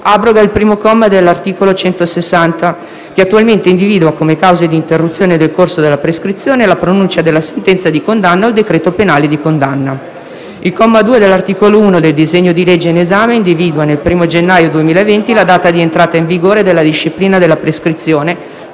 abroga il comma 1 dell'articolo 160, che attualmente individua come cause di interruzione del corso della prescrizione la pronuncia della sentenza di condanna o il decreto penale di condanna. Il comma 2 dell'articolo 1 del disegno di legge in esame individua nel 1° gennaio 2020 la data di entrata in vigore della disciplina della prescrizione,